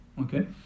okay